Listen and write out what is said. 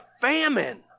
famine